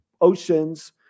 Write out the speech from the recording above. oceans